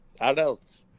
adults